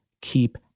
keep